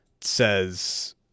says